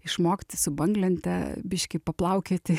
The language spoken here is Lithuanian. išmokti su banglente biškį paplaukioti